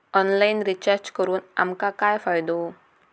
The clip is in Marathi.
ऑनलाइन रिचार्ज करून आमका काय फायदो?